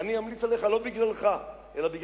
אנחנו נמליץ עליך מסיבה פשוטה: כי